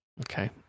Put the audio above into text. okay